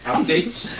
Updates